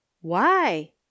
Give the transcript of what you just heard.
Why